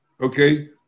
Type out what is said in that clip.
okay